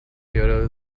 kyoto